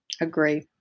Agree